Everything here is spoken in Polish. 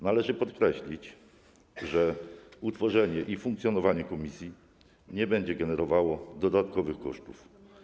Należy podkreślić, że utworzenie i funkcjonowanie komisji nie będzie generowało dodatkowych kosztów.